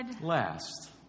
last